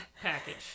package